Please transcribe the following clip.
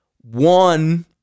one